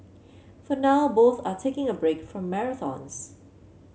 for now both are taking a break from marathons